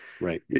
Right